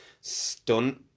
stunt